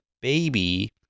baby